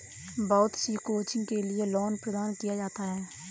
बहुत सी कोचिंग के लिये लोन प्रदान किया जाता है